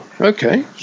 Okay